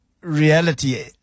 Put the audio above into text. reality